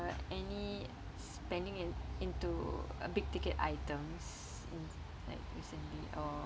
uh any spending in into uh big ticket items like recently or